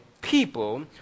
people